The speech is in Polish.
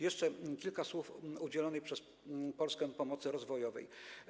Jeszcze kilka słów o udzielanej przez Polskę pomocy rozwojowej.